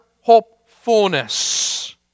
hopefulness